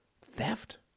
Theft